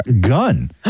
gun